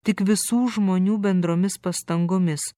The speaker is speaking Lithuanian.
tik visų žmonių bendromis pastangomis